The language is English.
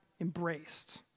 embraced